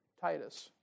Titus